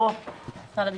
נציגת משרד הביטחון,